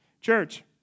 Church